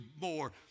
more